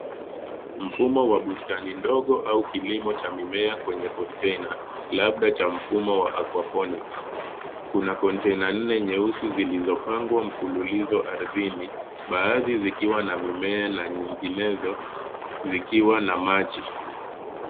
Mfumo wa bustani ndogo au kilimo cha mimea kwenye kontena, labda cha mfumo wa aquaponics . Kuna kontena nne nyeusi zilizopangwa mfululizo ardhini baadhi zikiwa na mimea na nyinginezo zikiwa na maji.